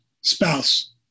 spouse